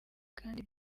kandi